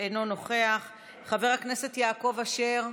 אינו נוכח, חבר הכנסת יעקב אשר,